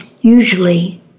usually